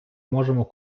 можемо